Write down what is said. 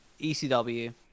ECW